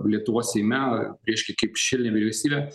lietuvos seime reiškia kaip šešėlinė vyriausybė